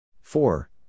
four